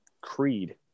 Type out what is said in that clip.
Creed